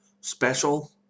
special